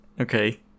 Okay